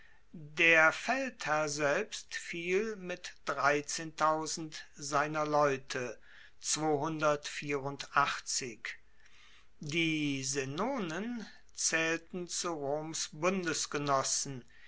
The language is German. der feldherr selbst fiel mit seiner leute die senonen zaehlten zu roms